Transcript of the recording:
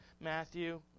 Matthew